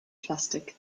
plastik